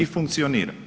I funkcionira.